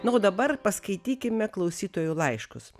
na o dabar paskaitykime klausytojų laiškus